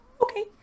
Okay